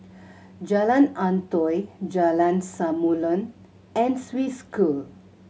Jalan Antoi Jalan Samulun and Swiss School